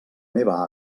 meva